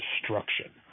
destruction